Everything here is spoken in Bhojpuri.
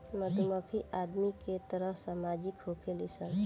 मधुमक्खी आदमी के तरह सामाजिक होखेली सन